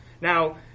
Now